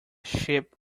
ship